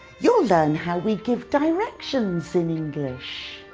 you'll learn how we give directions in english.